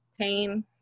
pain